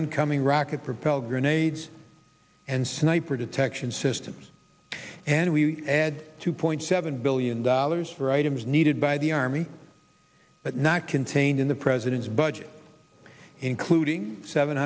incoming rocket propelled grenades and sniper detection systems and we had two point seven billion dollars for items needed by the army but not contained in the president's budget including seven